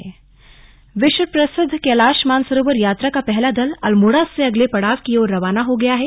slug Kailash Mansarovar विश्व प्रसिद्ध कैलास मानसरोवर यात्रा का पहला दल अल्मोड़ा से अगले पड़ाव की ओर रवाना हो गया है